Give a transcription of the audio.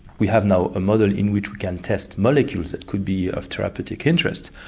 we have now a mother in which we can test molecules that could be of therapeutic interest.